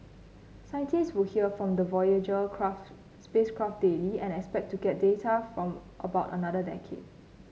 scientists still hear from the Voyager spacecraft daily and expect to get data for about another decade